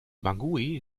bangui